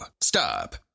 stop